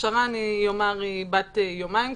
ההכשרה היא בת יומיים,